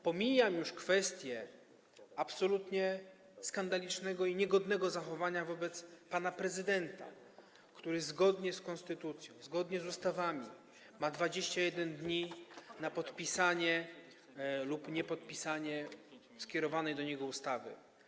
Pomijam już kwestię absolutnie skandalicznego i niegodnego zachowania wobec pana prezydenta, który zgodnie z konstytucją, zgodnie z ustawami ma 21 dni na podpisanie lub niepodpisanie skierowanej do niego ustawy.